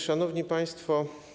Szanowni Państwo!